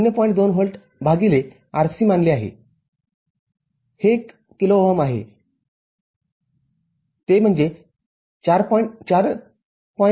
२ volt भागिले RC मानले आहे हे १ किलो ओहम इतके आहे ते म्हणजे ४